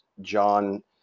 John